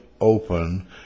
open